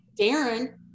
Darren